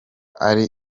ari